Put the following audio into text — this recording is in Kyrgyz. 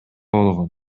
болгон